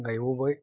गायबावबाय